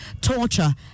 torture